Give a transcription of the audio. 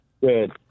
Good